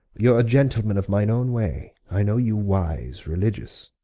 y'are a gentleman of mine owne way. i know you wise, religious,